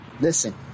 listen